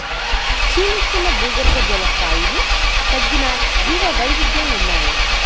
క్షీణిస్తున్న భూగర్భజల స్థాయిలు తగ్గిన జీవవైవిధ్యం ఉన్నాయి